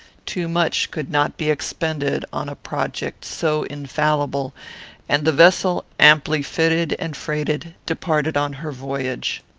too much could not be expended on a project so infallible and the vessel, amply fitted and freighted, departed on her voyage.